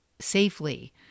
safely